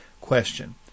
question